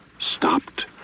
Stopped